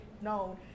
known